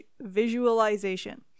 visualization